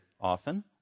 often